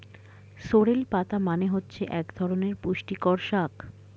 sorrel পাতা মানে হচ্ছে এক ধরনের পুষ্টিকর শাক